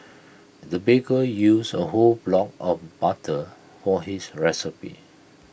the baker used A whole block of butter for his recipe